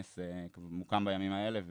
מוקם בימים האלה,